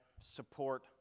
support